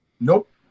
Nope